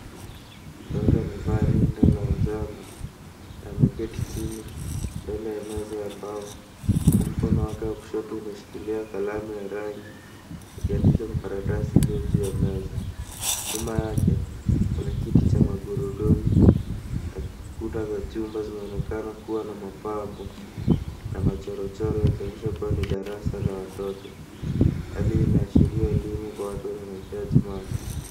Mtoto amevaa rinda la njano, na ameketi chini, mbele ya meza ya mbao huku mkono wake wa kushoto umeshikilia kalamu ya rangi ,akiandika kwa karatasi iliyo juu ya meza. Nyuma yake, kuna kiti cha magurudumu na kuta za chuma zinaoonekana kuwa na mapambo na machorochoro yakionyesha kuwa ni darasa la watoto, hali inaashiria elimu kwa watu wenye mahitaji maalum.